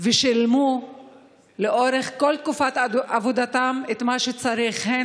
ושילמו לאורך כל תקופת עבודתם את מה שצריך הן